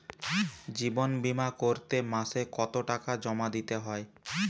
জীবন বিমা করতে মাসে কতো টাকা জমা দিতে হয়?